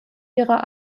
ihrer